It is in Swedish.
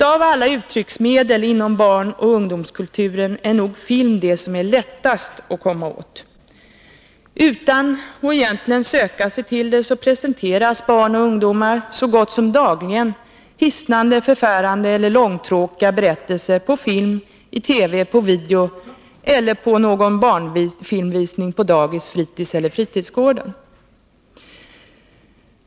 Av alla uttrycksmedel inom barnoch ungdomskulturen är nog film det som är lättast att komma åt. Utan att de egentligen söker sig till det presenteras barn och ungdomar så gott som dagligen hisnande, förfärande eller långtråkiga berättelser på film, på TV, på video eller på någon barnfilmvisning på dagis, fritis eller fritidsgårdar.